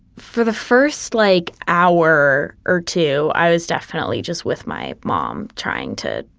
for the first like hour or two, i was definitely just with my mom trying to,